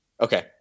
Okay